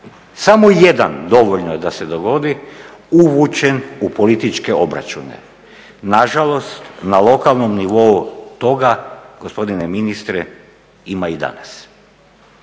samo jedan dovoljno je da se dogodi uvučen u političke obračune. Nažalost, na lokalnom nivou toga gospodine ministre ima i danas.